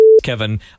Kevin